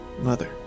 Mother